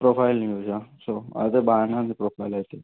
profile యూస so అది అయితే బాగా వుంది ప్రొఫైల్ అయితే